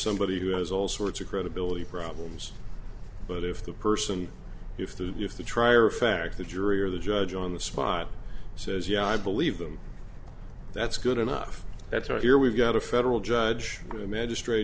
somebody who has all sorts of credibility problems but if the person if the if the trier of fact the jury or the judge on the spot says yeah i believe them that's good enough that's right here we've got a federal judge a magistra